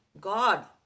God